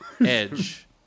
Edge